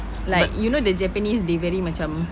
like you know the japanese they very macam